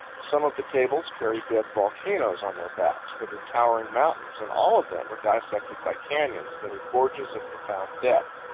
some of the tables carry dead volcanoes on their backs that are towering mountains, and all of them are dissected by canyons that are gorges of profound depth.